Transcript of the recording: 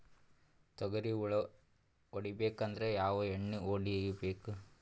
ತೊಗ್ರಿ ಹುಳ ಹೊಡಿಬೇಕಂದ್ರ ಯಾವ್ ಎಣ್ಣಿ ಹೊಡಿಬೇಕು?